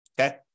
Okay